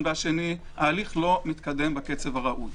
ההליך לא מתקדם בקצב הראוי.